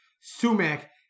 Sumac